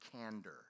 candor